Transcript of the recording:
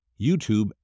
YouTube